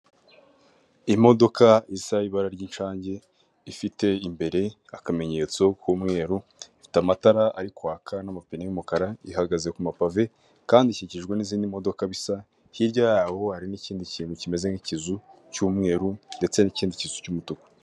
Imodoka isa ibara ry'inshange ifite imbere akamenyetso k'umweru, ifite amatara ari kwaka n'amapine y'umukara, ihagaze ku mapave, kandi ikikijwe n'izindi modoka bisa hirya yaho hari n'ikindi kintu kimeze nk'ikizu cy'umweru ndetse n'ikindi kizu cy'umutuku.